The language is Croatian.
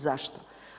Zašto?